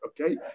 Okay